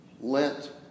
Lent